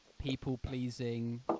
people-pleasing